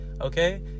Okay